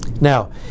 now